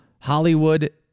Hollywood